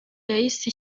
yahise